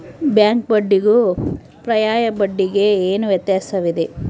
Bank ಬಡ್ಡಿಗೂ ಪರ್ಯಾಯ ಬಡ್ಡಿಗೆ ಏನು ವ್ಯತ್ಯಾಸವಿದೆ?